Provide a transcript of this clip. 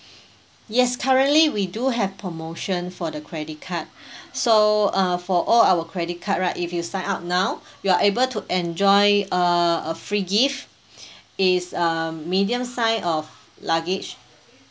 yes currently we do have promotion for the credit card so uh for all our credit card right if you sign up now you are able to enjoy a a free gift is uh medium size of luggage